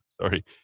Sorry